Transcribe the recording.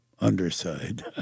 underside